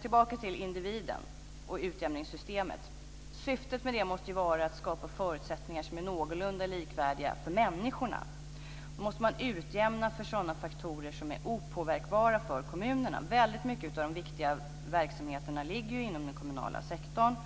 Tillbaka till individen och utjämningssystemet. Syftet med det måste vara att skapa förutsättningar som är någorlunda likvärdiga för människorna. Då måste man utjämna för sådana faktorer som är opåverkbara för kommunerna. Väldigt mycket av de viktiga verksamheterna ligger inom den kommunala sektorn